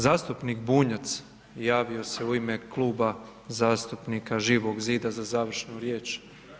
Zastupnik Bunjac javio se u ime Kluba zastupnika Živog zida za završnu riječ.